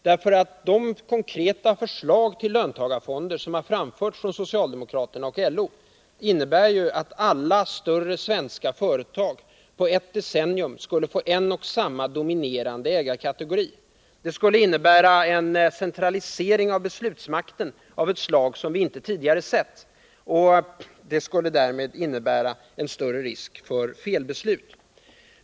De konkreta förslag till löntagarfonder som har framförts från socialdemokraterna och LO innebär att alla större svenska företag på ett decennium skulle få en och samma dominerande ägarkategori. Det skulle medföra en centralisering av beslutsmakten av ett slag som vi inte tidigare har sett och innebära en större risk för felbeslut.